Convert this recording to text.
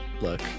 look